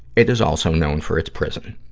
it is also known for its prison.